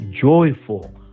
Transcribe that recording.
joyful